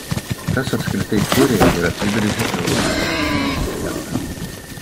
kas apskritai kuria ir apibrėžia europietišką identitetą